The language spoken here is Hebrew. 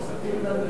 כספים,